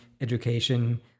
education